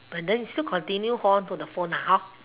but then still continue hold on to the phone lah hor